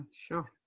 sure